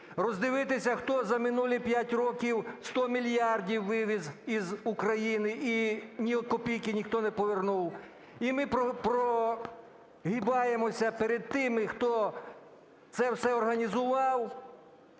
Роздивитися, хто за минулі 5 років 100 мільярдів вивіз із України і ні копійки ніхто не повернув. І ми прогибаемся перед тими, хто це все організував,